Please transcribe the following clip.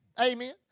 Amen